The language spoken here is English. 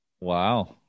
Wow